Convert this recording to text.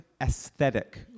aesthetic